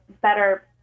better